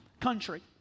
country